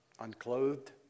Unclothed